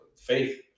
Faith